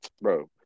bro